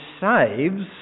saves